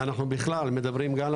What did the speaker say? אנחנו בכלל מדברים גם על